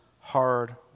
hard